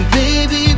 baby